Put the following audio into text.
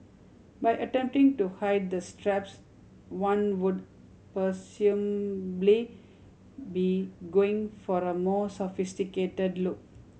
by attempting to hide the straps one would presumably be going for a more sophisticated look